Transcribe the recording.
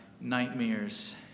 nightmares